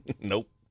nope